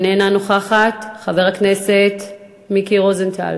איננה נוכחת, חבר הכנסת מיקי רוזנטל,